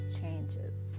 changes